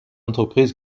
entreprise